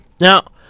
Now